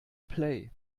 play